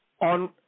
on